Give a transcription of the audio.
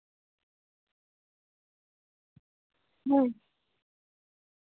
ᱦᱳᱭ